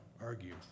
argue